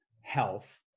health